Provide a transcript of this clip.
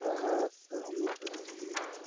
ତାହା ସହମତ ହୋଇ